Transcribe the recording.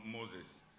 Moses